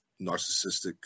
narcissistic